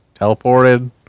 teleported